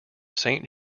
saint